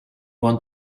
want